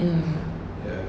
mm